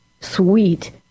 sweet